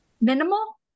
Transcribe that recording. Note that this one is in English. Minimal